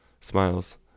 Smiles